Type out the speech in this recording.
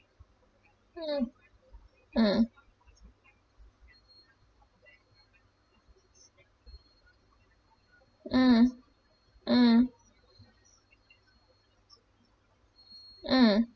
mm mm mm mm mm